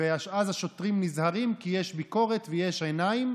שאנחנו מאחלים לו בריאות ורפואה שלמה.